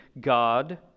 God